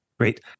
Great